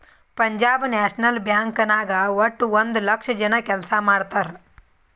Punjab national bank ನಾಗ್ ವಟ್ಟ ಒಂದ್ ಲಕ್ಷ ಜನ ಕೆಲ್ಸಾ ಮಾಡ್ತಾರ್